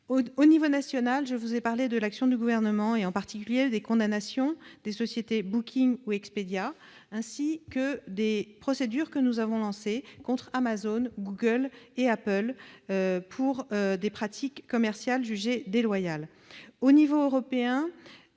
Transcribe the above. Au niveau national, j'ai évoqué l'action du Gouvernement, en particulier les condamnations des sociétés Booking et Expedia, ainsi que les procédures lancées contre Amazon, Google et Apple pour des pratiques commerciales jugées déloyales. Au niveau européen,